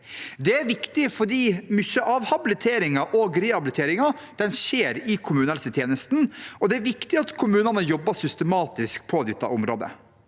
Det er viktig fordi mye av habiliteringen og rehabiliteringen skjer i kommunehelsetjenesten, og det er viktig at kommunene jobber systematisk på dette området.